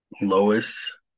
Lois